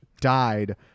died